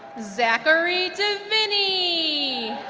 zachary diviney